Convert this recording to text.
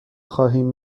خواهیم